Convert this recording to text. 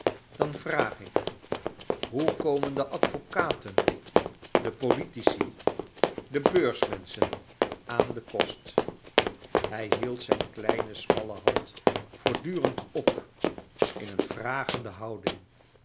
dan vraag ik hoe komen de advocaten de politici de beursmenschen aan den kost hij hield zijn kleine smalle hand voortdurend op in een vragende houding